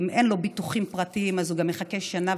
ואם אין לו ביטוחים פרטיים, אז הוא יחכה גם שנה.